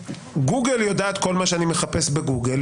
יודעת כל מה שאני מחפשת בגוגל,